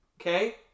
okay